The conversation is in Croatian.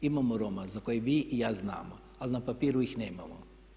Imamo Roma za koje vi i ja znamo, ali na papiru ih nemamo.